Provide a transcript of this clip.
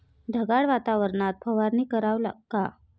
ढगाळ वातावरनात फवारनी कराव का?